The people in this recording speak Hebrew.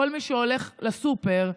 כל מי שהולך לסופר,